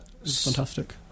Fantastic